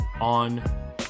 on